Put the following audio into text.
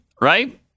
right